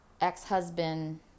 ex-husband